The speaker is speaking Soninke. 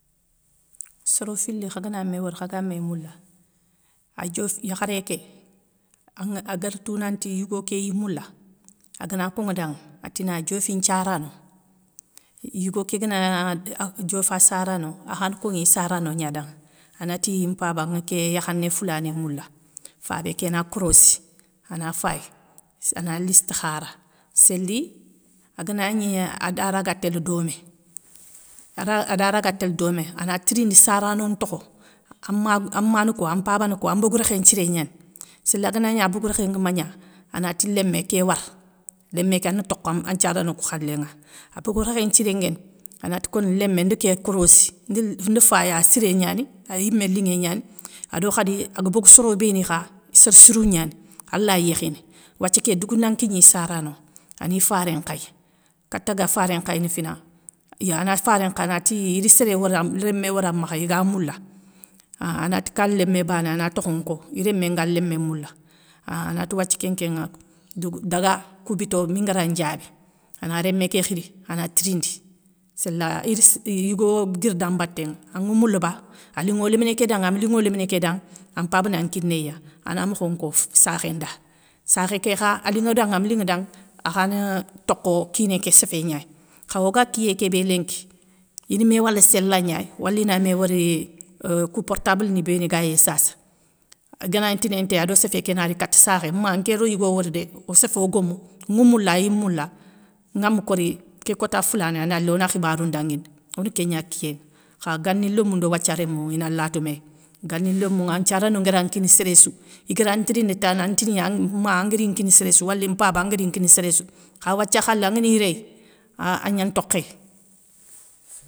Soro fili kha gana mé wori kha gana mé moula, adiof yakharé ké an aguértou nanti yigo kéyi moula, agana konŋa danŋa, atina diofi nthiarano, yigo kégana dioffa sarano akhani koni sarano gna danŋa. anati mpaba ŋi ké yakhané foulané moula, fabé ké na korossi, ana fayi, ana listekhara, séli aganagni ada raga télé domé ade ada raga télé domé ana tirindi sarano ntokho, anma anmana ko ampaba na ko anbogou rékhé nthiré gnani, sélé ganagni abogou rékhé ngue magna, anati lémé ké wara, léméké ani tokha nthiarano kou khalé ŋa, abogou rékhé nthiré nguéni. anati koni nlémé ndi ké korossi ndi fayi a siré gnani, ayimé linŋé gnani, ado khadi, aguebogou soro béni kha sér sirou gnani alay yékhini, wathia ké dougou na nkigni i sarano, ani faré nkhayi, kata ga faré nkhayini fina yo ana faré nkhayi anati ir séréworam rémé woramemakha iga moula, an anati kan lémé bané ana tokho nko, iré nŋa lémé moula ahh anati wathie kénkénŋa dougou daga kou bito mingara ndiabi, ana rémé ké khiri, ana tirindi, séla ir yigo guir dam mbaté nŋa, anŋa moule ba alinŋo léminé ké danŋ ama linŋo léminé ké danŋ, am mpaba nan kinéya, ana mokhon nko sakhé nda, sakhé ké kha alinŋe da ama linŋe da akha tokho kiné ké séfé gnay. Kha oga kiyé kébé lénki in mé wala sélagnay, walina mé wori, kou portable ni béni ga yéy sasa ganagni tinéy téy ado séfé kéna ri kata sakhé ma nké ro yigo wori dé osséfé o gomou nŋa moula ayimoula, ngama kori ké kota foulané anali ona khibarou ndaguindi, ona kégna kiyé ŋa. Kha gani lomou ndo wathia rémou ina lato mé, gani lomouŋa an nthiarano nguéra nkini séréssou igaran tirindi tane an tinaya ma anguari kini séréssou wali mpaba anguéri nkini séréssou kha wathia khalou angani réy aah angna ntokhéy.